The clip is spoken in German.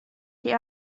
die